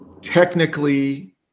technically